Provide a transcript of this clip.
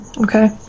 okay